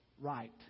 right